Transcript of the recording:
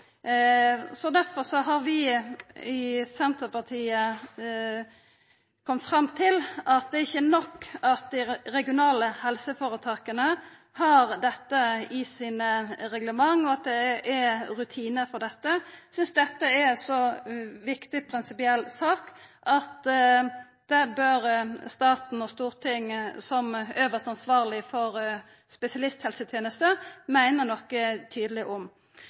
Derfor har vi i Senterpartiet kome fram til at det ikkje er nok at dei regionale helseføretaka har dette i sine reglement, og at det er rutinar for dette. Eg synest dette er ei så viktig prinsipiell sak at dette bør staten og Stortinget, som øvste ansvarlege for spesialisthelsetenesta, meina noko tydeleg om.